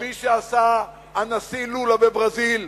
כפי שעשה הנשיא לולה בברזיל,